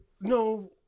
No